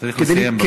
צריך לסיים, בבקשה.